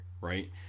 right